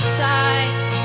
sight